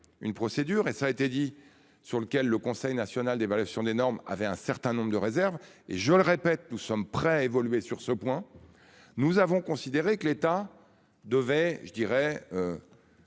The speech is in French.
une procédure et ça a été dit sur lequel le Conseil national d'évaluation des normes avait un certain nombre de réserves et je le répète, nous sommes prêts à évoluer sur ce point. Nous avons considéré que l'État devait je dirais.